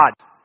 God